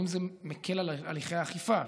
האם זה מקל על הליכי האכיפה?